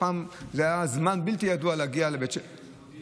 פעם זה היה זמן בלתי ידוע להגיע לבית שמש.